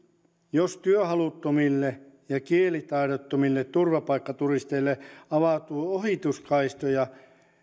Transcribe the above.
jos työhaluttomille ja kielitaidottomille turvapaikkaturisteille avautuu ohituskaistoja